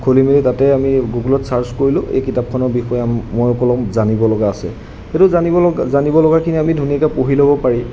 খুলি মেলি তাতে আমি গুগলত ছাৰ্চ কৰিলোঁ এই কিতাপখনৰ বিষয়ে মই অলপ জানিব লগা আছে সেইটো জানিব ল জানিব লগাখিনি আমি ধুনীয়াকৈ পঢ়ি ল'ব পাৰি